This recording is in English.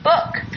book